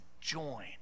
join